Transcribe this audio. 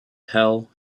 hell